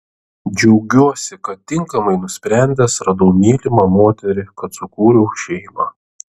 džiaugiuosi kad tinkamai nusprendęs radau mylimą moterį kad sukūriau šeimą